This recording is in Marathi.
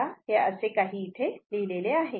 तेव्हा असे हे काही इथे लिहिलेले आहे